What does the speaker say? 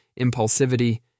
impulsivity